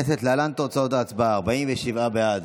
תוצאות ההצבעה: 47 בעד,